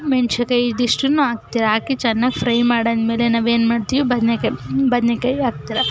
ಮೆಣ್ಸಿನ್ಕಾಯಿ ಇದಿಷ್ಟನ್ನೂ ಹಾಕ್ತೀರಾ ಹಾಕಿ ಚೆನ್ನಾಗ್ ಫ್ರೈ ಮಾಡಾದಮೇಲೆ ನಾವೇನು ಮಾಡ್ತೀವಿ ಬದನೇಕಾಯಿ ಬದನೇಕಾಯಿ ಹಾಕ್ತೀರ